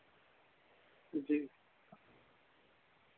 जी